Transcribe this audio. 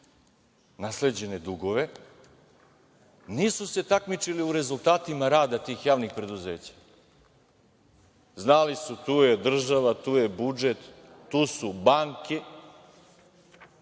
nasleđene dugove, nisu se takmičili u rezultatima rada tih javnih preduzeća. Znali su, tu je država, tu je budžet, tu su banke,